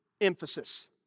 emphasis